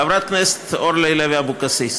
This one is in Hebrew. חברת הכנסת אורלי לוי אבקסיס,